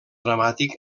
dramàtic